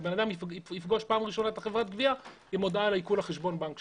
שהאדם יפגוש פעם ראשונה את חברת הגבייה עם הודעה על חשבון הבנק שלו.